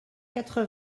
quatre